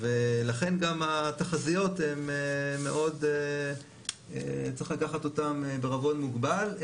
ולכן גם התחזיות, צריך לקחת אותן בערבון מוגבל.